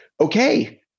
okay